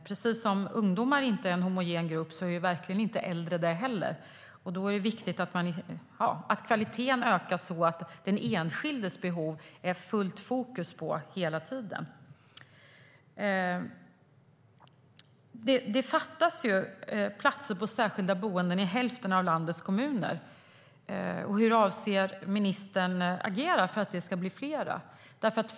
Precis som ungdomar inte är en homogen grupp är äldre verkligen inte heller det, och därför är det viktigt att kvaliteten ökas så att den enskildes behov får fullt fokus hela tiden. Det fattas platser på särskilda boenden i hälften av landets kommuner. Hur avser ministern att agera för att de ska bli fler?